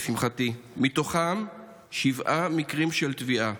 לשמחתי, מהם שבעה מקרים של טביעה